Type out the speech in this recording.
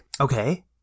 okay